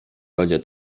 będzie